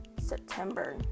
September